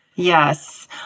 Yes